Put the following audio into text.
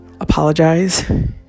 apologize